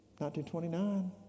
1929